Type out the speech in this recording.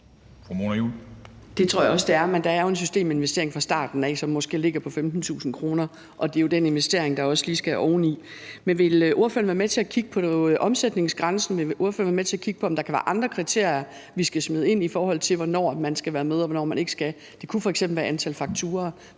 Det tror jeg også det er, men der er en systeminvestering fra starten af, som måske ligger på 15.000 kr., og det er jo den investering, der også lige skal oveni. Men vil ordføreren være med til at kigge på omsætningsgrænsen? Vil ordføreren være med til at kigge på, om der kan være andre kriterier, vi skal smide ind, i forhold til hvornår man skal være med, og hvornår man ikke skal? Det kunne f.eks. være antal fakturaer.